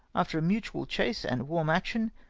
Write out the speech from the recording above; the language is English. after a mutual chase and warm action,